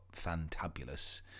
fantabulous